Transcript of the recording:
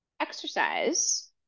exercise